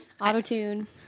Auto-tune